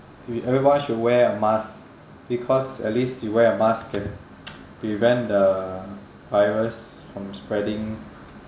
everyone should wear a mask because at least you wear a mask can prevent the virus from spreading